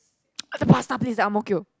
ah the pasta place at Ang-Mo-Kio